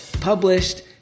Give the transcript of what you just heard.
published